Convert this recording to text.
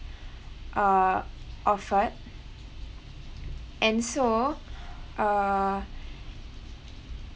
uh offered and so err